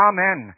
Amen